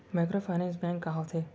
Microfinance bank का होथे?